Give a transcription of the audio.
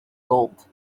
gold